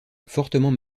fortement